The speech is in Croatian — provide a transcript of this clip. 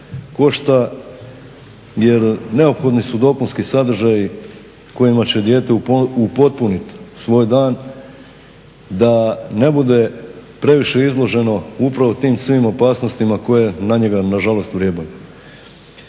košta jer neophodni su dopunski sadržaji kojima će dijete upotpuniti svoj dan da ne bude previše izloženo upravo tim svim opasnostima koje na njega nažalost vrebaju.